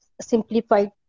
Simplified